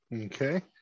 Okay